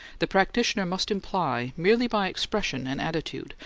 the practitioner must imply, merely by expression and attitude,